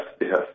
yes